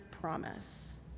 promise